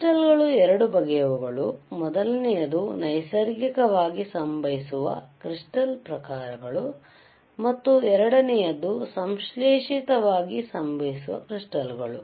ಕ್ರಿಸ್ಟಾಲ್ಗಳು ಎರಡು ಬಗೆಯವುಗಳು ಮೊದಲನೆಯದು ನೈಸರ್ಗಿಕವಾಗಿ ಸಂಭವಿಸುವ ಕ್ರಿಸ್ಟಾಲ್ ಪ್ರಕಾರಗಳು ಮತ್ತು ಎರಡನೆಯದು ಸಂಶ್ಲೇಷಿತವಾಗಿ ಸಂಭವಿಸುವ ಕ್ರಿಸ್ಟಾಲ್ಗಳು